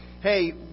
hey